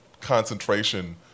concentration